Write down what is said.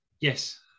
Yes